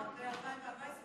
למה ב-2014,